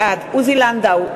בעד עוזי לנדאו,